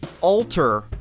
alter